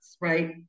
right